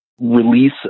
Release